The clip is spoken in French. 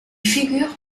figure